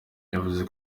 yavuze